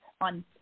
on